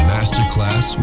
Masterclass